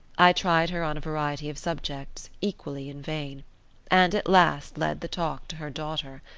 i tried her on a variety of subjects, equally in vain and at last led the talk to her daughter.